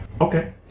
Okay